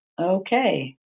Okay